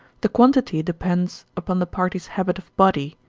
the quantity depends upon the party's habit of body,